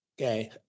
okay